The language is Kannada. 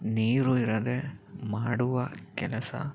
ನೀರು ಇರದೇ ಮಾಡುವ ಕೆಲಸ